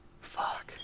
fuck